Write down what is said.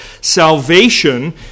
salvation